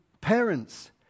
parents